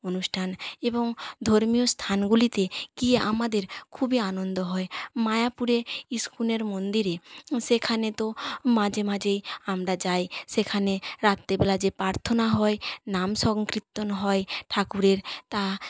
অনুষ্ঠান এবং ধর্মীয় স্থানগুলিতে গিয়ে আমাদের খুবই আনন্দ হয় মায়াপুরে ইস্কনের মন্দিরে সেখানে তো মাঝে মাঝেই আমরা যাই সেখানে রাত্রেবেলা যে প্রার্থনা হয় নাম সংক্রীত্তন সংকীর্তন হয় ঠাকুরের তা